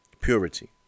purity